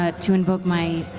but to invoke my